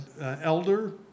elder